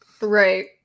Right